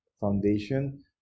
foundation